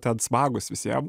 ten smagūs visiem